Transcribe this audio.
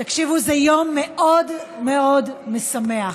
תקשיבו, זה יום מאוד מאוד משמח.